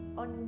on